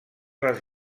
les